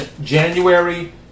January